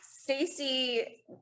Stacey